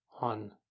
on